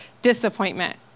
disappointment